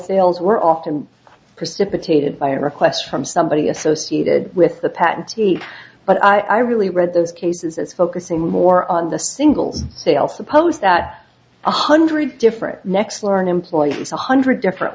sales were often precipitated by requests from somebody associated with the patent but i really read those cases as focusing more on the singles sale suppose that one hundred different next learn employees a hundred different